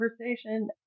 conversation